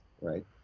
right